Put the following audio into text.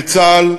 בצה"ל,